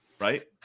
right